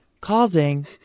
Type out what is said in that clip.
causing